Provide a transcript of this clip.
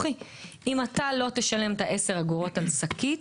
אם אתה לא תשלם את ה-10 אגורות על שקית,